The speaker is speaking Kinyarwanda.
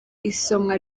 isomwa